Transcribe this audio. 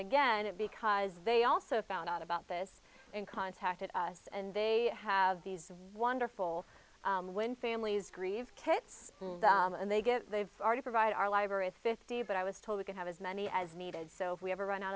again it because they also found out about this and contacted us and they have these wonderful when families grieve kits and they get they've already provided our library is fifty but i was told we could have as many as needed so if we ever run out